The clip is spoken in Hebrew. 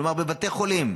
כלומר בתי החולים,